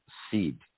seed